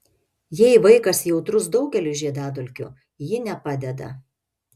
jei vaikas jautrus daugeliui žiedadulkių ji nepadeda